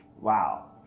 Wow